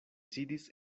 sidis